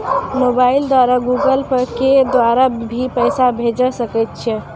Mobile द्वारा Google Pay के द्वारा भी पैसा भेजै सकै छौ?